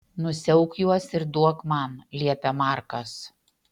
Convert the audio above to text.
nusiauk juos ir duok man liepia markas